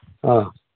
ꯑꯥ